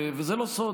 וזה לא סוד,